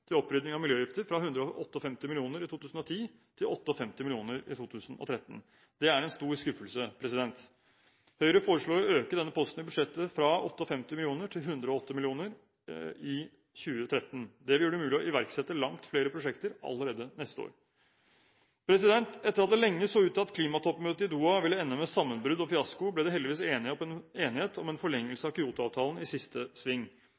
til opprydding av miljøgifter fra 158 mill. kr i 2010 til 58 mill. kr i 2013. Det er en stor skuffelse. Høyre foreslår å øke denne posten i budsjettet fra 58 mill. kr til 108 mill. kr i 2013. Det vil gjøre det mulig å iverksette langt flere prosjekter allerede neste år. Etter at det lenge så ut til at klimatoppmøtet i Doha ville ende med sammenbrudd og fiasko, ble det heldigvis enighet om en forlengelse av Kyoto-avtalen i siste sving.